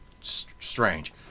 strange